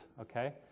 okay